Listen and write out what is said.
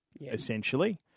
essentially